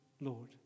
Lord